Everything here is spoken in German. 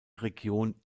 region